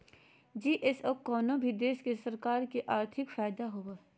GST से कउनो भी देश के सरकार के आर्थिक फायदा होबो हय